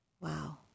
Wow